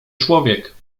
człowiek